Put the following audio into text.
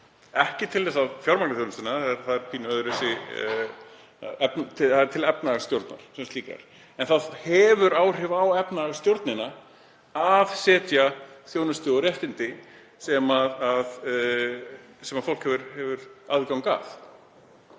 ekki til þess að fjármagna þjónustuna, þ.e. til efnahagsstjórnar sem slíkrar, en það hefur áhrif á efnahagsstjórnina að setja lög þjónustu og réttindi sem fólk hefur aðgang að.